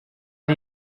die